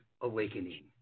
awakening